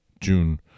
June